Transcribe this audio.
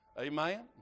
Amen